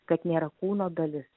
kad nėra kūno dalis